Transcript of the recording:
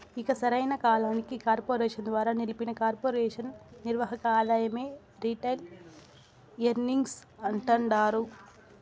ఇక సరైన కాలానికి కార్పెరేషన్ ద్వారా నిలిపిన కొర్పెరేషన్ నిర్వక ఆదాయమే రిటైల్ ఎర్నింగ్స్ అంటాండారు